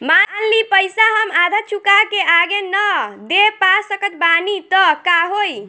मान ली पईसा हम आधा चुका के आगे न दे पा सकत बानी त का होई?